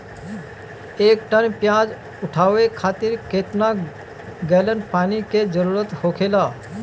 एक टन प्याज उठावे खातिर केतना गैलन पानी के जरूरत होखेला?